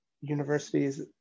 universities